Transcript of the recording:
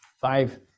five